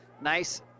nice